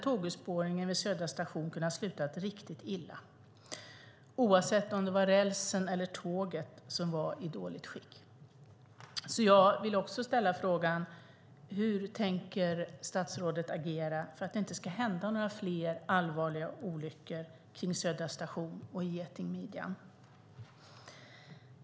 Tågurspårningen vid Södra station kunde ha slutat riktigt illa, oavsett om det var rälsen eller tåget som var i dåligt skick. Jag vill också ställa frågan: Hur tänker statsrådet agera för att det inte ska hända några fler allvarliga olyckor kring Södra station och i getingmidjan?